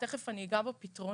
תכף אני אגע בפתרונות.